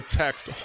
text